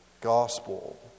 gospel